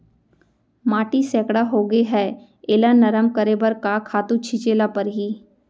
माटी सैकड़ा होगे है एला नरम करे बर का खातू छिंचे ल परहि?